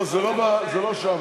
לא שם.